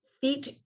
feet